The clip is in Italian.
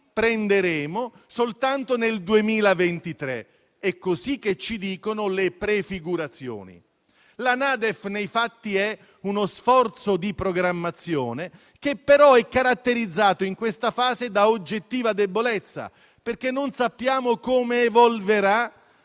avverrà soltanto nel 2023. È questo ciò che dimostrano le prefigurazioni. La NADEF è, nei fatti, uno sforzo di programmazione, che però è caratterizzato, in questa fase, da oggettiva debolezza: non sappiamo come evolverà